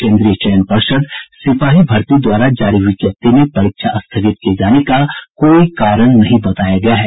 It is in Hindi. केन्द्रीय चयन पर्षद सिपाही भर्ती द्वारा जारी विज्ञप्ति में परीक्षा स्थगित किये जाने का कोई कारण नहीं बताया गया है